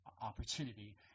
opportunity